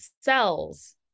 cells